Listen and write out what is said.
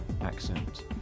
accent